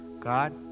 God